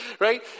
right